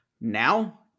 Now